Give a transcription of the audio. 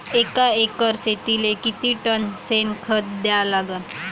एका एकर शेतीले किती टन शेन खत द्या लागन?